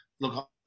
look